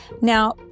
Now